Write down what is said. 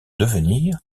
devenir